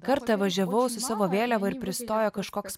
kartą važiavau su savo vėliava ir pristojo kažkoks